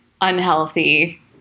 unhealthy